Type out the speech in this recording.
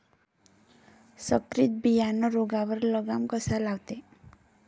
संकरीत बियानं रोगावर लगाम कसा लावते?